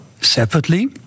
separately